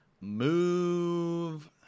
move